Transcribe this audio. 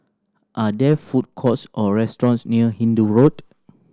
are there food courts or restaurants near Hindoo Road